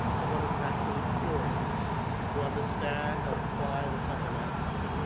that one is naturally curious to understand and apply the fundamentals.